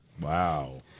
wow